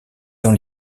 dans